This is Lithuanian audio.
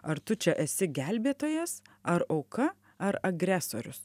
ar tu čia esi gelbėtojas ar auka ar agresorius